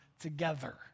together